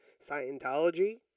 Scientology